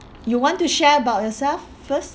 you want to share about yourself first